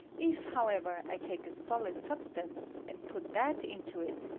if, however, i take a solid substance, and put that into it,